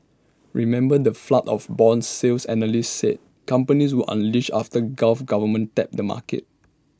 remember the flood of Bond sales analysts said companies would unleash after gulf governments tapped the market